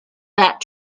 that